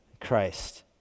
Christ